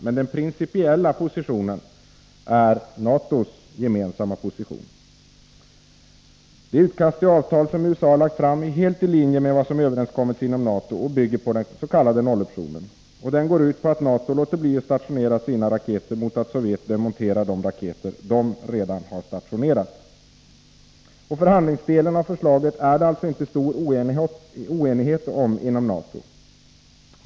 Men den principiella positionen är NATO:s gemensamma position. Det utkast till avtal som USA har lagt fram är helt i linje med vad som överenskommits inom NATO och bygger på den s.k. nolloptionen. Denna går ut på att NATO låter bli att stationera sina raketer mot att Sovjet demonterar de raketer de redan har stationerat. Förhandlingsdelen av förslaget är det således inte stor oenighet om inom NATO.